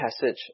passage